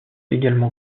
également